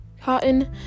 cotton